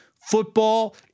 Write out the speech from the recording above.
Football